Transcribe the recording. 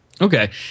Okay